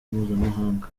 mpuzamahanga